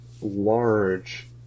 large